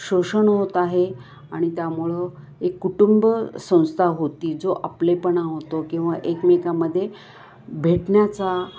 शोषण होत आहे आणि त्यामुळं एक कुटुंबसंस्था होती जो आपलेपणा होतो किंवा एकमेकामध्ये भेटण्याचा